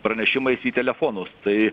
pranešimais į telefonus tai